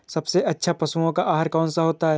सबसे अच्छा पशुओं का आहार कौन सा होता है?